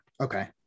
okay